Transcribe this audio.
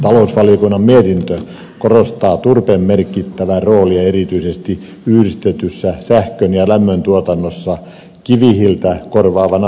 talousvaliokunnan mietintö korostaa turpeen merkittävää roolia erityisesti yhdistetyssä sähkön ja lämmöntuotannossa kivihiiltä korvaavana polttoaineena